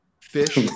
Fish